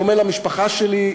בדומה למשפחה שלי,